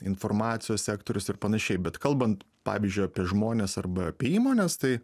informacijos sektorius ir panašiai bet kalbant pavyzdžiui apie žmones arba apie įmones tai